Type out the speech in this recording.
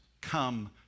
come